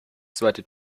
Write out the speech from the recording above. zweite